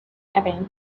opened